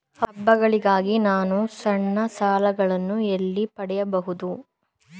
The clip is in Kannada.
ಹಬ್ಬಗಳಿಗಾಗಿ ನಾನು ಸಣ್ಣ ಸಾಲಗಳನ್ನು ಎಲ್ಲಿ ಪಡೆಯಬಹುದು?